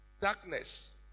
Darkness